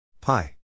Pi